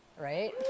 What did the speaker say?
right